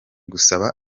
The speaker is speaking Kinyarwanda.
gusaba